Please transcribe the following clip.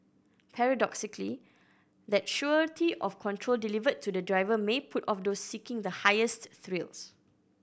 paradoxically that surety of control delivered to the driver may put off those seeking the highest thrills